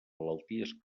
malalties